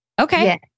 Okay